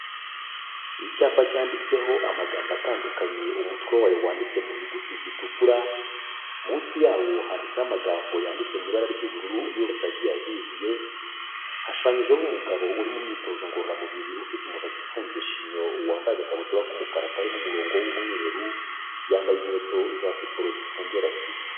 Icyapa cyanditseho amagambo atandukanye umutwe wayo wanditse mu nyuguti zitukura, munsi yawo handitseho amagambo yanditse mu ibara ry'ubururu yose agiye avivuye, hashushanyijeho umugabo uri mu myitozo ngororamubiri ufite umusatsi ufunze shinyo wambaye agakabutura k'umukara karimo umurongo w'umweru, yambaye inkweto za siporo zifunde rase.